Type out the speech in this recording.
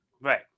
Right